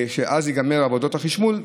אז ייגמרו עבודות החשמול.